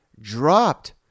dropped